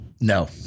no